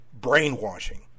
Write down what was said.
brainwashing